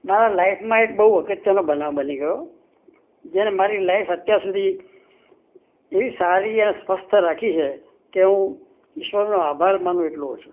મારા લાઈફમાં એક બહુ અગત્યનો બનાવ બની ગયો જેણે મારી લાઈફ અત્યાર સુધી એવી સારી અને સ્વસ્થ રાખી છે કે હું ઈશ્વરનો આભાર માનું એટલો ઓછો